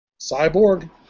Cyborg